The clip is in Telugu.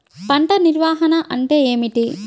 పంట నిర్వాహణ అంటే ఏమిటి?